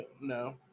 No